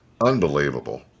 Unbelievable